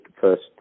first